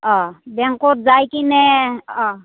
অঁ বেংকত যাই কিনে অঁ